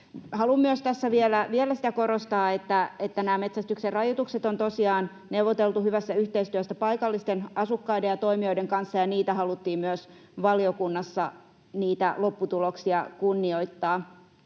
Haluan myös tässä vielä sitä korostaa, että nämä metsästyksen rajoitukset on tosiaan neuvoteltu hyvässä yhteistyössä paikallisten asukkaiden ja toimijoiden kanssa, ja niitä lopputuloksia haluttiin myös valiokunnassa kunnioittaa.